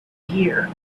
here